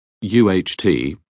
U-H-T